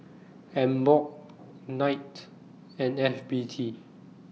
Emborg Knight and F B T